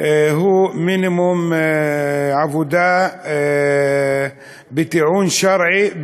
הוא מינימום עבודה בטיעון שרעי,